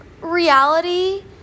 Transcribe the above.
reality